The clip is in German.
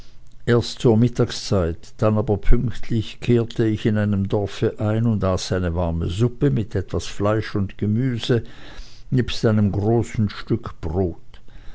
erst zur mittagszeit dann aber pünktlich kehrte ich in einem dorfe ein und aß eine warme suppe mit etwas fleisch und gemüse nebst einem großen stück brot